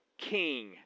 King